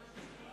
מי נגד?